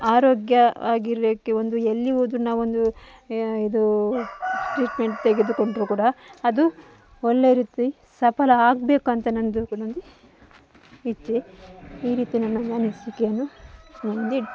ಆರೋಗ್ಯವಾಗಿರಲಿಕ್ಕೆ ಒಂದು ಎಲ್ಲಿ ಹೋದ್ರೂ ನಾವೊಂದು ಇದು ಟ್ರೀಟ್ಮೆಂಟ್ ತೆಗೆದುಕೊಂಡ್ರು ಕೂಡ ಅದು ಒಳ್ಳೆಯ ರೀತಿ ಸಫಲ ಆಗಬೇಕು ಅಂತ ನನ್ನದು ಒಂದು ಇತ್ತು ಈ ರೀತಿ ನನ್ನ ಅನಿಸಿಕೆಯನ್ನು ಮುಂದಿಟ್ಟೆ